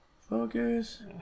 Focus